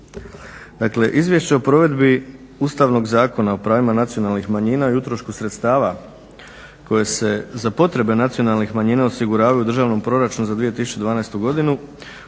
Dakle, Izvješće o provedbi Ustavnog zakona o pravima nacionalnih manjina i utrošku sredstava koje se za potrebe nacionalnih manjina osiguravaju u državnom proračunu za 2012. godinu